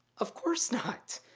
of course not.